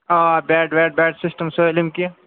آ بیٚڈ ویٚڈ bed system سٲلِم کیٚنٛہہ